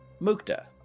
Mukta